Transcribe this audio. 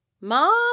Mom